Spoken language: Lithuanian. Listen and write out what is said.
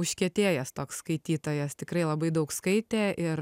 užkietėjęs toks skaitytojas tikrai labai daug skaitė ir